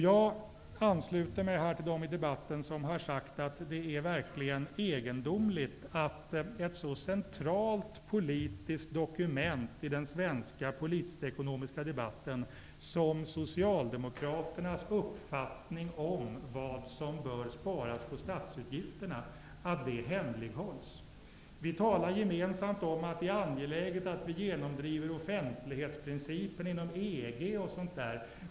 Jag ansluter mig till dem som i debatten har sagt att det verkligen är egendomligt att ett så centralt politiskt dokument i den svenska politisktekonomiska debatten som Socialdemokraternas uppfattning om vad som bör sparas på i statsutgifterna hemlighålls. Vi talar gemensamt om att det är angeläget att vi genomdriver offentlighetsprincipen inom EG osv.